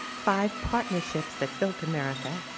five partnerships that built america.